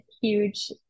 huge